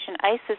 ISIS